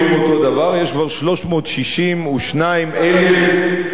יש כבר 362,000 מתיישבים,